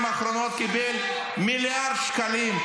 שרק בשנתיים האחרונות קיבל מיליארד שקלים.